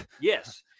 Yes